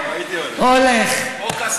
הייתי, או קסטה.